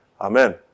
Amen